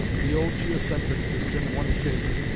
the old geocentric system once shaken,